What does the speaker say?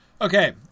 Okay